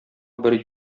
бер